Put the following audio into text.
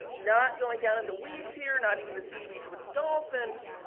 not going down in the weeds here not even the seaweeds with the dolphins.